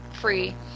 free